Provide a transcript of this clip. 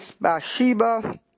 Bathsheba